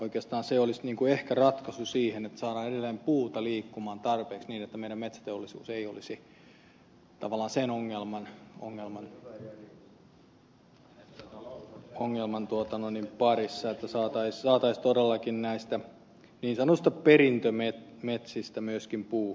oikeastaan se olisi ehkä ratkaisu siihen että saadaan edelleen puuta liikkumaan tarpeeksi niin että meidän metsäteollisuus ei olisi tavallaan sen ongelman parissa että saataisiin todellakin näistä niin sanotuista perintömetsistä myöskin puu